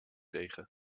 tegen